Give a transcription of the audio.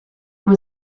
when